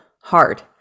hard